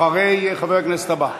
אחרי חבר הכנסת הבא.